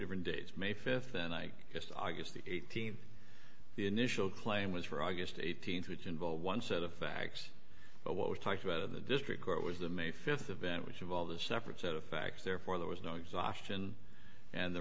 different days may fifth and i just august the eighteenth the initial claim was for august eighteenth which involved one set of facts but what was talked about in the district court was the may fifth have been which of all the separate set of facts therefore there was no exhaustion and the